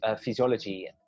physiology